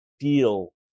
feel